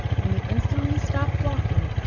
and you instantly stop walking,